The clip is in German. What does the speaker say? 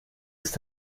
ist